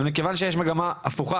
אבל מכיוון שיש מגמה הפוכה,